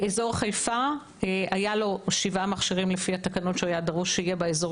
לאזור חיפה היו שבעה מכשירים שהיה דרוש שיהיו באזור